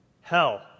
Hell